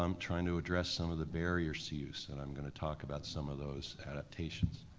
um trying to address some of the barriers to use, and i'm gonna talk about some of those adaptations.